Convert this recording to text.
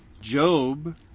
Job